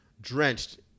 drenched